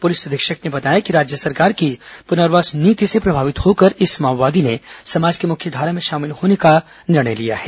police अधीक्षक ने बताया कि राज्य सरकार की पुनर्वास नीति से प्रभावित होकर इस माओवादी ने समाज की मुख्यधारा में शामिल होने का निर्णय लिया है